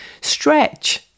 Stretch